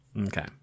Okay